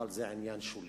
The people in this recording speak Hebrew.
אבל זה עניין שולי.